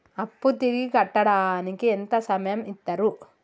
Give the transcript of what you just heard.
అప్పు తిరిగి కట్టడానికి ఎంత సమయం ఇత్తరు?